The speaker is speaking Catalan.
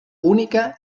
única